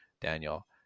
daniel